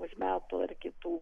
už metų ar kitų